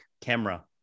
camera